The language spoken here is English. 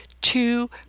Two